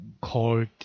called